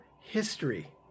history